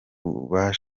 yabahaye